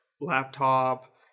laptop